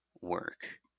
work